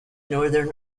northern